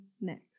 next